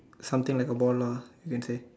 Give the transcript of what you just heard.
something like a ball lah you can say